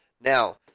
Now